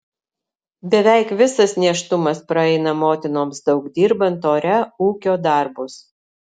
beveik visas nėštumas praeina motinoms daug dirbant ore ūkio darbus